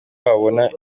wabona